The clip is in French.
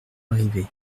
arrivé